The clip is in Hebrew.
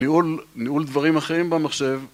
ניהול דברים אחרים במחשב